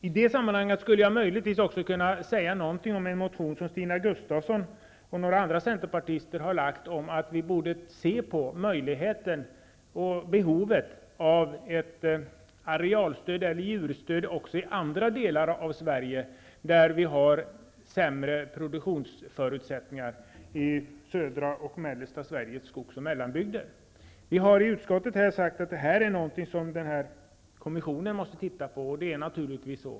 I det sammanhanget skulle jag möjligtvis också kunna säga någonting om en motion som Stina Gustavsson och några andra centerpartister har väckt om att vi borde se på möjligheten för och behovet av ett arealstöd eller djurstöd också i andra delar av Sverige där vi har sämre produktionsförutsättningar -- i södra och mellersta Sveriges skogs och mellanbygder. Vi har i utskottsbetänkandet sagt att det här är någonting som den arbetande kommissionen måste titta på, och det är naturligtvis så.